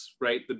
right